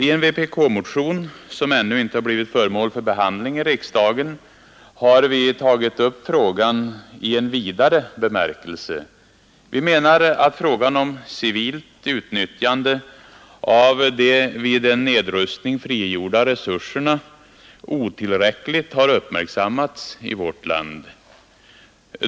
I en vpk-motion, som ännu inte blivit föremål för behandling i riksdagen, har vi tagit upp frågan i en vidare bemärkelse. Vi menar att frågan om civilt utnyttjande av de vid en nedrustning frigjorda resurserna otillräckligt har uppmärksammats i vårt land.